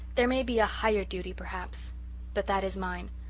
there may be a higher duty, perhaps but that is mine.